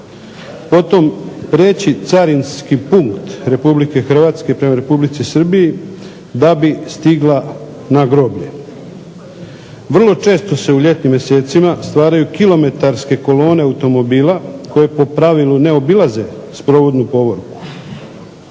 potom preći carinski put Republike Hrvatske prema Republici Srbiji da bi stigla na groblje. Vrlo često se u ljetnim mjesecima stvaraju kilometarske kolone automobila koje po pravilu ne obilaze sprovodnu povorku.